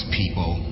people